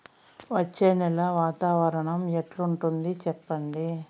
వచ్చే నెల వాతావరణం ఎట్లుంటుంది చెప్పండి?